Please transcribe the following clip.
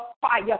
fire